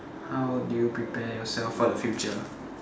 how do you prepare yourself for the future